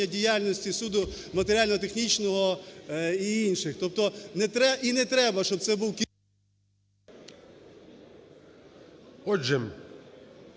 діяльності суду матеріально-технічного і інших. Тобто і не треба, щоб це був… ГОЛОВУЮЧИЙ. Отже,